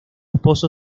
esposo